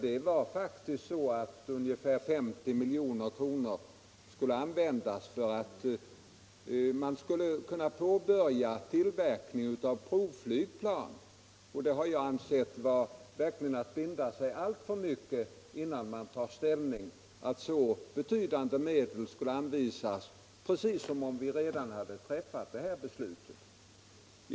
Det var faktiskt så att ungefär 50 milj.kr. skulle användas för att påbörja tillverkningen av provflygplan, och jag har ansett att det vore att binda sig alltför starkt att anvisa ett så betydande belopp innan man tagit slutlig ställning. Det hade varit detsamma som att vi redan hade fattat ett beslut.